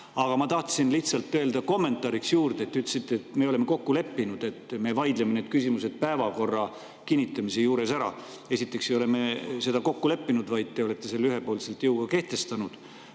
ma tahtsin öelda lihtsalt kommentaariks. Te ütlesite, et me oleme kokku leppinud, et me vaidleme nende küsimuste üle päevakorra kinnitamise juures. Esiteks ei ole me seda kokku leppinud, vaid te olete selle ühepoolselt jõuga kehtestanud.